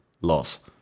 loss